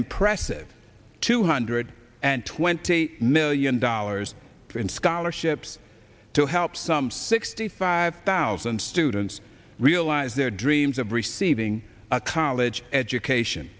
impressive two hundred and twenty million dollars in scholarships to help some sixty five thousand students realize their dreams of receiving a college education